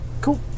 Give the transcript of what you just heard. Cool